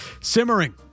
simmering